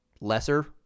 lesser